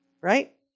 right